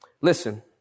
Listen